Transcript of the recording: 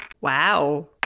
Wow